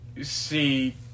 see